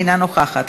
אינה נוכחת,